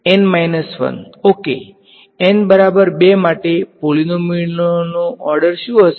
N minus 1 okay N બરાબર 2 માટે પોલીનોમીયલનો ઓર્ડર શું છે